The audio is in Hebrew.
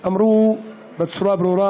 אמרה בצורה ברורה